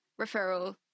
referral